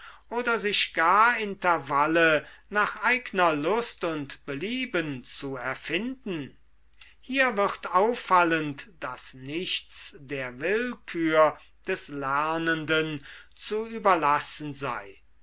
oder sich gar intervalle nach eigner lust und belieben zu erfinden hier wird auffallend daß nichts der willkür des lernenden zu überlassen sei